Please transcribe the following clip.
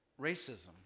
racism